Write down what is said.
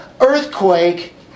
earthquake